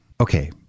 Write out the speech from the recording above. Okay